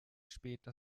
später